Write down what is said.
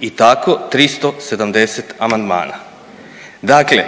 i tako 370 amandmana. Dakle,